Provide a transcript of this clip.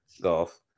golf